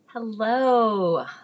Hello